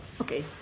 Okay